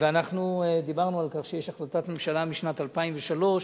אנחנו דיברנו על כך שיש החלטת ממשלה משנת 2003,